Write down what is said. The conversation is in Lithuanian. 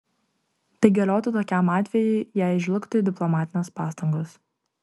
tai galiotų tokiam atvejui jei žlugtų diplomatinės pastangos